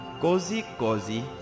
Cozy-cozy